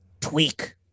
Tweak